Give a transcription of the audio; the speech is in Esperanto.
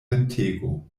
ventego